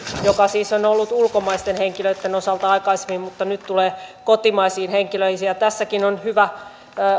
se siis on on ollut ulkomaisten henkilöitten osalta aikaisemmin mutta nyt se tulee kotimaisiin henkilöihin tässäkin on hyvä